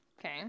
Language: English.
Okay